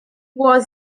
was